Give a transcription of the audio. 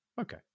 Okay